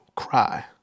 Cry